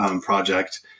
project